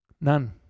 None